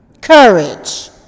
Courage